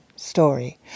story